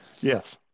Yes